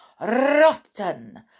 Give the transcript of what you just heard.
rotten